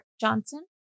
Johnson